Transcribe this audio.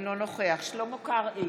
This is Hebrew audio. אינו נוכח שלמה קרעי,